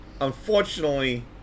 Unfortunately